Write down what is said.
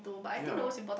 ya